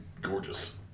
gorgeous